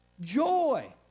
joy